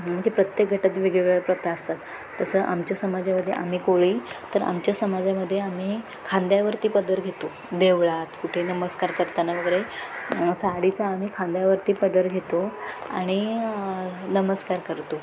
म्हणजे प्रत्येक घरात वेगवेगळ्या प्रथा असतात तसं आमच्या समाजामध्ये आम्ही कोळी तर आमच्या समाजामध्ये आम्ही खांद्यावरती पदर घेतो देवळात कुठे नमस्कार करताना वगरे साडीचा आम्ही खांद्यावरती पदर घेतो आणि नमस्कार करतो